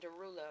Derulo